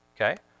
okay